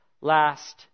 last